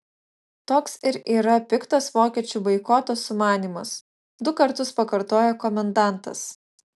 toks ir yra piktas vokiečių boikoto sumanymas du kartus pakartojo komendantas